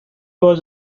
was